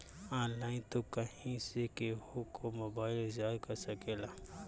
online तू कहीं से केहू कअ मोबाइल रिचार्ज कर सकेला